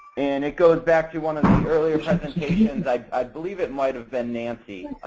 and it goes back to one of the earlier presentations. i believe it might have been nancy.